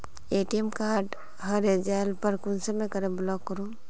ATM card हरे जाले पर कुंसम के ब्लॉक करूम?